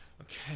okay